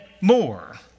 more